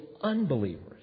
unbelievers